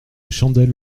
chandelle